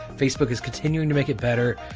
facebook is continuing to make it better,